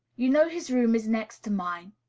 you know his room is next to mine,